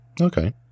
Okay